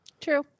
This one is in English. true